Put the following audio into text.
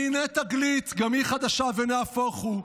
והינה תגלית, גם היא חדשה, ונהפוך הוא: